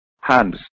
hands